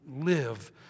live